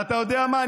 ואתה יודע מה,